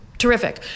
terrific